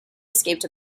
escaped